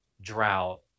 drought